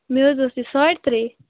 مےٚ حظ ٲس یہِ ساڑِ ترٛیہِ